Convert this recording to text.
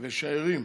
ושערים.